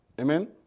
Amen